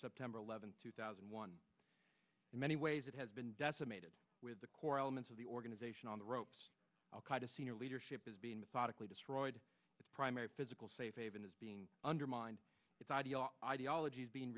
september eleventh two thousand and one in many ways it has been decimated with the core elements of the organization on the ropes al qaeda senior leadership is being methodically destroyed its primary physical safe haven is being undermined it's audio ideology is being